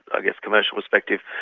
i guess, commercial perspective,